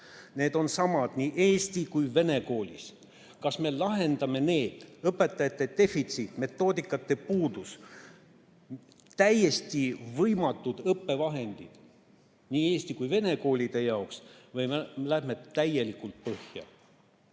need on samad nii eesti kui ka vene koolis. Me kas lahendame need – õpetajate defitsiit, metoodikate puudus, täiesti võimatud õppevahendid – nii eesti kui ka vene koolide jaoks või me läheme täielikult põhja.